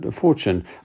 fortune